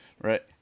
Right